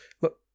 look